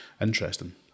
interesting